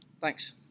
Thanks